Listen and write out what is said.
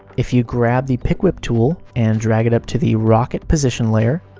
if you grab the pick whip tool and drag it up to the rocket position layer,